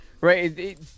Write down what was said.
right